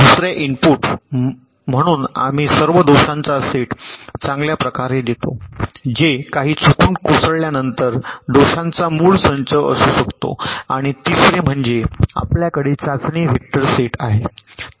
दुसर्या इनपुट म्हणून आम्ही सर्व दोषांचा सेट चांगल्या प्रकारे देतो जे काही चुकून कोसळल्यानंतर दोषांचा मूळ संच असू शकतो आणि तिसरे म्हणजे आपल्याकडे चाचणी वेक्टर सेट आहे